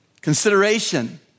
consideration